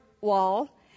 wall